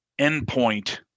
endpoint